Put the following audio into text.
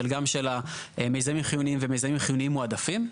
גם של המיזמים חיוניים ומיזמים חיוניים מועדפים,